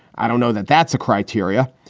i don't know that that's a criteria.